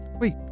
Wait